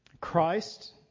Christ